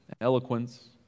eloquence